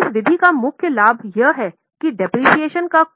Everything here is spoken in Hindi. इस विधि का मुख्य लाभ यह है कि मूल्यह्रास